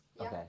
Okay